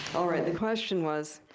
all right, the question was,